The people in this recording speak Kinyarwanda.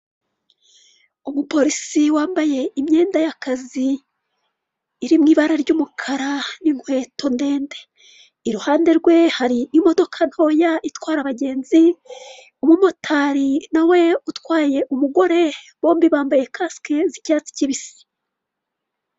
Umupolisi wambaye imyenda y'akazi, iri mu ibara ry'umukara n'inkweto ndende, i ruhande rwe hari imodoka ntoya itwara abagenzi, umu motari nawe utwaye umugore bombi bambaye kasike z'icyatsi kibisi.